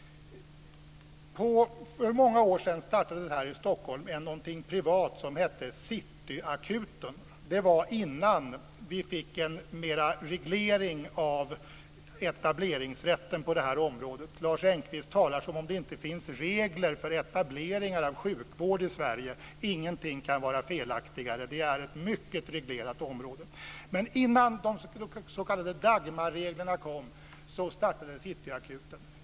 För många år sedan startade här i Stockholm en privat verksamhet som hette Cityakuten. Det var innan vi fick en mer reglerad etableringsrätt på området. Lars Engqvist talar som om det inte skulle finnas regler för etableringar av sjukvård i Sverige. Ingenting kan vara felaktigare - det är ett mycket reglerat område. Men innan de s.k. Dagmarreglerna kom startade Cityakuten.